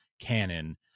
canon